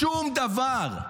שום דבר.